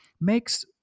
makes